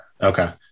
Okay